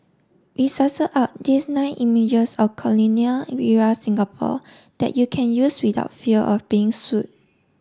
we sussed out these nine images of colonial era Singapore that you can use without fear of being sued